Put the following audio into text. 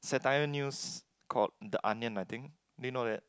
satire news called the onion I think do you know that